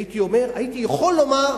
הייתי יכול לומר: